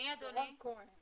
מי אדוני?